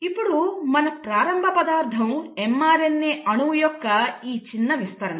ఇప్పుడు మన ప్రారంభ పదార్థం mRNA అణువు యొక్క ఈ చిన్న విస్తరణ